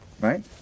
right